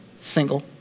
single